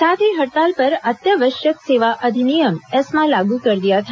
साथ ही हड़ताल पर अत्यावश्यक सेवा अधिनियम एस्मा लागू कर दिया था